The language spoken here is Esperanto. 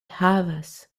havas